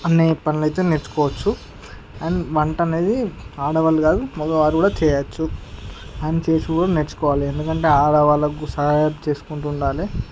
అన్ని పనులు అయితే నేర్చుకోవచ్చు అండ్ వంట అనేది ఆడవాళ్ళు కాదు మగవారు కూడా చేయవచ్చు అన్ని చేసి కూడా నేర్చుకోవాలి ఎందుకంటే ఆడవాళ్ళకు సహాయం చేసుకుంటూ ఉండాలి